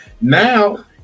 Now